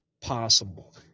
possible